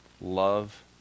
love